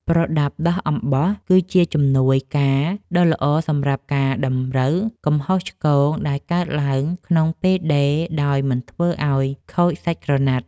ប្រដាប់ដោះអំបោះគឺជាជំនួយការដ៏ល្អសម្រាប់កែតម្រូវកំហុសឆ្គងដែលកើតឡើងក្នុងពេលដេរដោយមិនធ្វើឱ្យខូចសាច់ក្រណាត់។